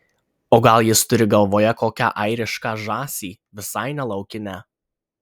o gal jis turi galvoje kokią airišką žąsį visai ne laukinę